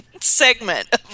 segment